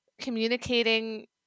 communicating